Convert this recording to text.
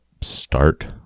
start